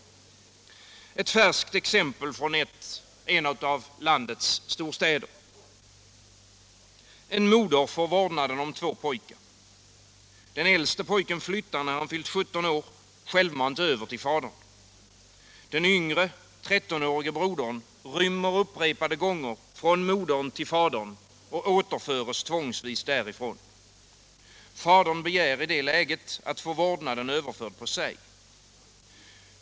Ett färskt exempel från en av landets storstäder: En moder får vårdnaden om två pojkar. Den äldste pojken flyttar när han fyllt 17 år självmant över till fadern. Den yngre 13-årige brodern rymmer upprepade gånger från modern till fadern och återförs tvångsvis därifrån. Fadern begär i det läget att få vårdnaden överförd på sig.